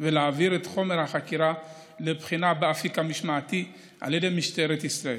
ולהעביר את חומר החקירה לבחינה באפיק המשמעתי על ידי משטרת ישראל.